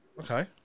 Okay